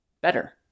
better